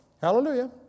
Hallelujah